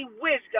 wisdom